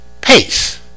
pace